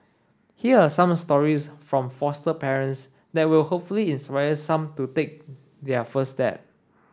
here are some stories from foster parents that will hopefully inspire some to take their first step